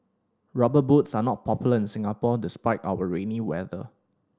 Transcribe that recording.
Rubber Boots are not popular in Singapore despite our rainy weather